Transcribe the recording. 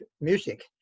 music